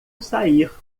sair